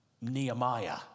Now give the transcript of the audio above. Nehemiah